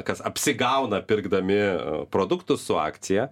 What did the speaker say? kas apsigauna pirkdami produktus su akcija